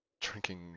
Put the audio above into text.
drinking